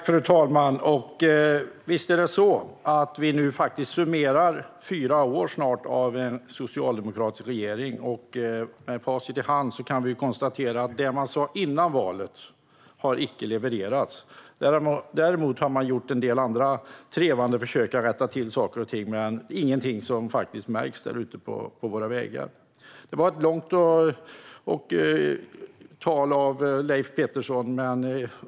Fru talman! Visst summerar vi snart fyra år med en socialdemokratisk regering. Med facit i hand kan vi konstatera att det man sa före valet icke har levererats. Däremot har man gjort en del andra trevande försök att rätta till saker och ting. Men det är inget som märks där ute på våra vägar. Det var ett långt tal Leif Pettersson höll.